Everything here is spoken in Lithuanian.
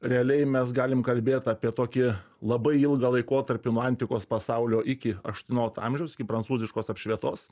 realiai mes galim kalbėt apie tokį labai ilgą laikotarpį nuo antikos pasaulio iki aštuoniolikto amžiaus iki prancūziškos apšvietos